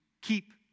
keep